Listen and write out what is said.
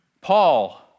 Paul